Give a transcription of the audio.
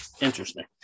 interesting